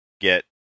get